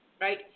right